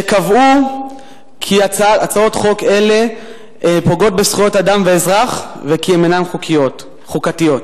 שקבעו שהצעות חוק אלה פוגעות בזכויות האדם והאזרח וכי אין הן חוקתיות.